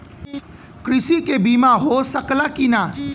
कृषि के बिमा हो सकला की ना?